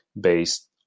based